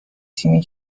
تیمی